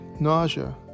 nausea